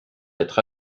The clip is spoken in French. être